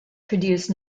produced